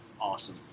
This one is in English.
awesome